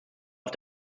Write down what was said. auf